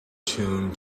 tune